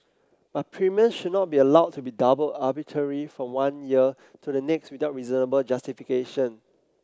but premiums should not be allowed to be doubled arbitrarily from one year to the next without reasonable justification